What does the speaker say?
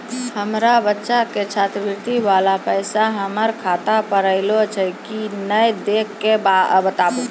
हमार बच्चा के छात्रवृत्ति वाला पैसा हमर खाता पर आयल छै कि नैय देख के बताबू?